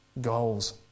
goals